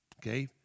Okay